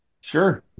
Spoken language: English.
Sure